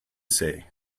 say